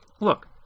Look